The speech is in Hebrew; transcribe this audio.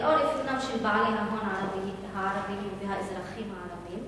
לאור אפיונם של בעלי ההון הערבים והאזרחים הערבים,